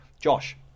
Josh